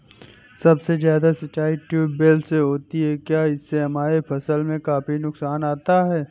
सबसे ज्यादा सिंचाई ट्यूबवेल से होती है क्या इससे हमारे फसल में काफी नुकसान आता है?